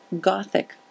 Gothic